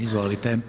Izvolite.